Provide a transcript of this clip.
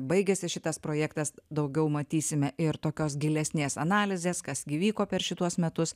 baigėsi šitas projektas daugiau matysime ir tokios gilesnės analizės kas gi vyko per šituos metus